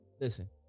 listen